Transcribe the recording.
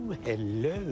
hello